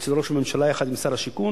אצל ראש הממשלה יחד עם שר השיכון.